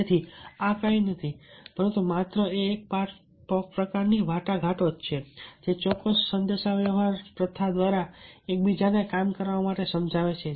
તેથી આ કંઈ નથી પરંતુ માત્ર એક પ્રકારની વાટાઘાટો માટે ચોક્કસ પ્રક્રિયા છે જે ચોક્કસ સંદેશાવ્યવહાર પ્રથા દ્વારા એકબીજાને કામ કરાવવા માટે સમજાવે છે